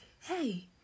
hey